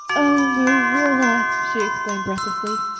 oh, marilla, she exclaimed breathlessly,